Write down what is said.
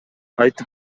айтып